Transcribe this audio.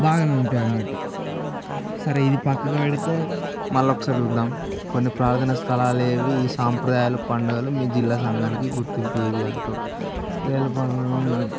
బాగానే ఉంటాయిన్నట్టు సరే ఇది పక్కకు పెడితే మళ్ళీ ఒకసారి చూద్దాం కొన్ని ప్రార్థన స్థలాలు ఏవి ఈ సాంప్రదాయాలు పండుగలు మీ జిల్లా సంఘానికి గుర్తింపు ఏ విధంగా తోడ్పడతాయి